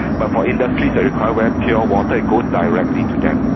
but for industries that requires pure water it goes directly to them.